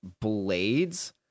blades